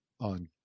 on